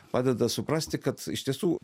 padeda suprasti kad iš tiesų